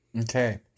Okay